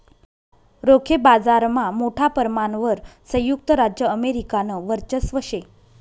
रोखे बाजारमा मोठा परमाणवर संयुक्त राज्य अमेरिकानं वर्चस्व शे